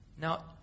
Now